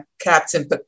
Captain